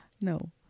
No